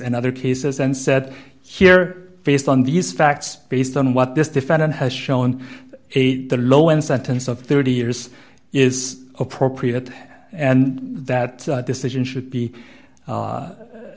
and other cases then said here based on these facts based on what this defendant has shown a the low end sentence of thirty years is appropriate and that decision should be